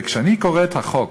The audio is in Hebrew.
וכשאני קורא את החוק,